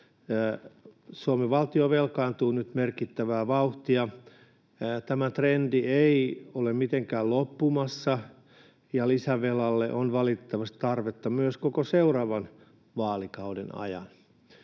Suomen valtio velkaantuu nyt merkittävää vauhtia. Tämä trendi ei ole mitenkään loppumassa, ja lisävelalle on valitettavasti tarvetta myös koko seuraavan vaalikauden ajan.